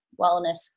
wellness